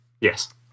Yes